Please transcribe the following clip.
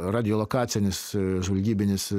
radiolokacinis žvalgybinis